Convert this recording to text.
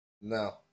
No